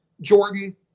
Jordan